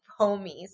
homies